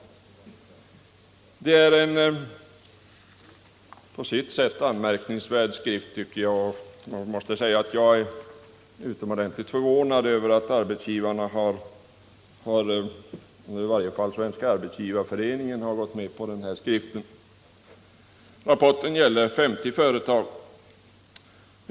Det är en på sitt sätt anmärkningsvärd skrift. Jag måste säga att jag är utomordentligt förvånad över att arbetsgivarna eller i varje fall Svenska arbetsgivareföreningen gått med på den här skriften. Rapporten gäller 50 företag.